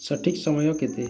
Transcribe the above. ସଠିକ୍ ସମୟ କେତେ